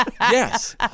Yes